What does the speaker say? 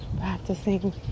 Practicing